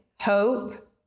Hope